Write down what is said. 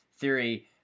theory